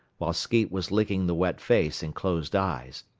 while skeet was licking the wet face and closed eyes.